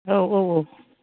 औ औ औ